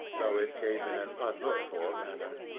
though it came in an unlooked-for manner.